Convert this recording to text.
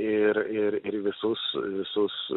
ir ir ir visus visus